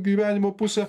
gyvenimo pusę